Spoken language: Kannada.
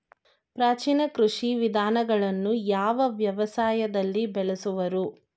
ಪ್ರಾಚೀನ ಕೃಷಿ ವಿಧಾನಗಳನ್ನು ಯಾವ ವ್ಯವಸಾಯದಲ್ಲಿ ಬಳಸುವರು?